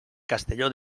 castelló